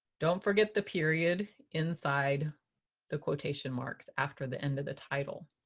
don't forget the period inside the quotation marks after the end of the title.